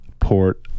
port